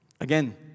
Again